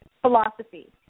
philosophy